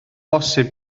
bosib